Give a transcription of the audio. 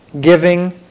giving